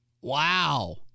Wow